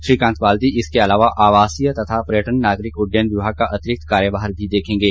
श्रीकांत बाल्दी इसके अलावा आवासीय तथा पर्यटन नागरिक उड्डयन विभाग का अतिरिक्त कार्यभार भी देखेंगे